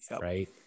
right